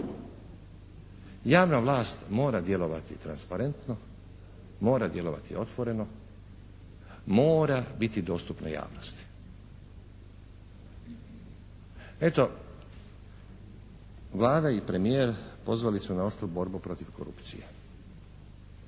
Javna vlast mora djelovati transparentno, mora djelovati otvoreno, mora biti dostupna javnosti. Eto, Vlada i premijer pozvali su na oštru borbu protiv korupcije.